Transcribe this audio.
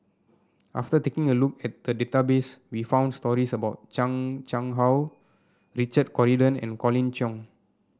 after taking a look at database we found stories about Chan Chang How Richard Corridon and Colin Cheong